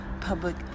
public